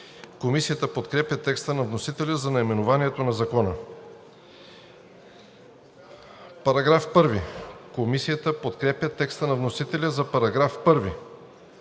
Комисията подкрепя текста на вносителя за наименованието на Закона. Комисията подкрепя текста на вносителя за § 1.